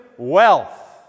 wealth